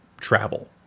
travel